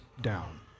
down